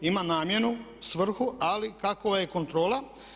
Ima namjenu, svrhu ali kakva je kontrola.